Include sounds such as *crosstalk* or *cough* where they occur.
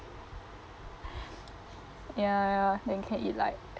*breath* ya ya then can eat like